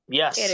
yes